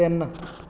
ਤਿੰਨ